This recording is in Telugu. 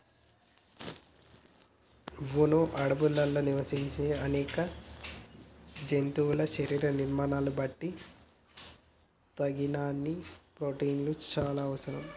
వును అడవుల్లో నివసించే అనేక జంతువుల శరీర నిర్మాణాలను బట్టి తగినన్ని ప్రోటిన్లు చానా అవసరం